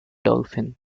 dolphin